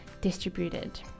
distributed